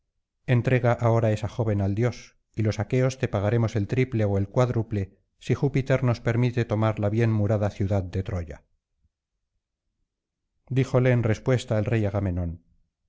entrega ahora esa joven al dios y los aqueos te pagaremos el triple ó el cuádruple si júpiter nos permite tomar la bien murada ciudad de troya díjole en respuesta el rey agamenón